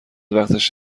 وقتش